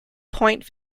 point